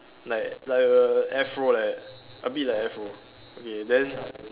like like a Afro like that a bit like Afro okay then